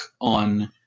on